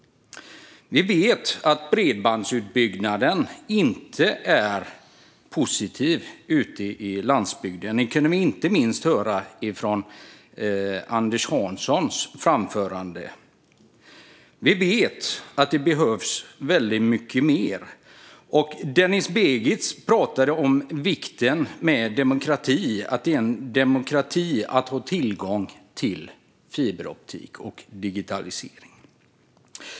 Vi vet att bredbandsutbyggnaden inte är positiv ute på landsbygden. Det kunde vi höra inte minst i Anders Hanssons anförande. Vi vet att det behövs väldigt mycket mer. Denis Begic talade om vikten av demokrati och att i en demokrati få tillgång till fiberoptik och digitalisering.